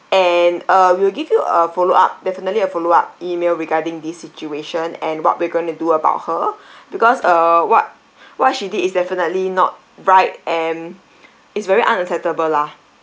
and uh we will give you a follow up definitely a follow up email regarding this situation and what we're going to do about her because uh what what she did is definitely not right and it's very unacceptable lah